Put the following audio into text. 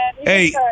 Hey